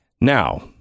Now